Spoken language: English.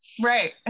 Right